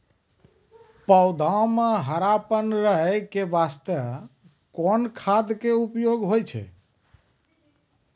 पौधा म हरापन रहै के बास्ते कोन खाद के उपयोग होय छै?